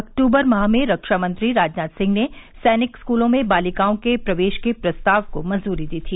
अक्टूबर माह में रक्षामंत्री राजनाथ सिंह ने सैनिक स्कूलों में बालिकाओं के प्रवेश के प्रस्ताव को मंजूरी दी थी